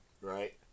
right